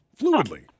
fluidly